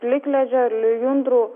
plikledžio ir lijundrų